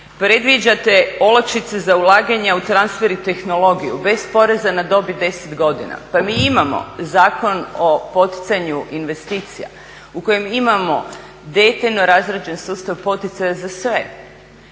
Predviđate olakšice za ulaganje u transfer i tehnologiju, bez poreza na dobit 10 godina. Pa mi imamo Zakon o poticanju investicija u kojem imamo detaljno razrađen sustav poticaja za sve